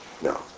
No